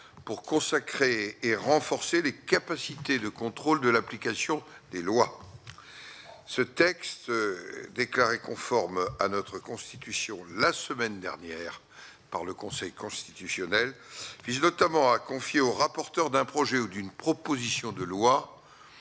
pour consacrer et renforcer les capacités de contrôle de l'application des lois, ce texte déclarées conformes à notre constitution, la semaine dernière par le Conseil constitutionnel, notamment, a confié au rapporteur d'un projet ou d'une proposition de loi